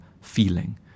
feeling